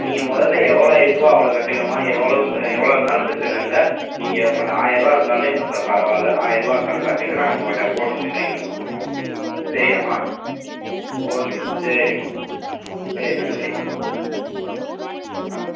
நீங்கள் முதல்ல எவ்வளோ இருக்கோ அவ்வளோ கட்டுங்கம்மா எவ்வளோ இப்போ எவ்வளோ இருந்தாலும் பிரச்சனை இல்லை நீங்கள் உங்கள்கிட்ட ஆயிர்ரூவா இருந்தாலுமே எங்களுக்கு பரவாயில்லை ஆயிர்ருவா இருந்தாலும் கட்டுங்கள் நாங்கள் உங்கள்கிட்ட ஃபோன் வந்து கையில் கொடுத்துடுவோம் சரியாம்மா ஓகே சரிம்மா சரி நன்றி ஆ